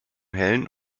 hellen